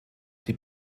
die